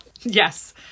yes